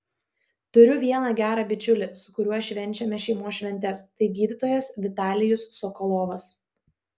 turiu vieną gerą bičiulį su kuriuo švenčiame šeimos šventes tai gydytojas vitalijus sokolovas